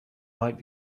might